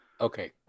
Okay